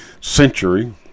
century